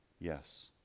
Yes